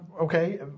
Okay